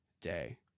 day